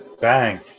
Bang